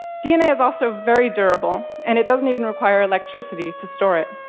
dna is also very durable, and it doesn't even require electricity to store it.